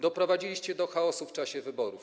Doprowadziliście do chaosu w czasie wyborów.